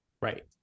Right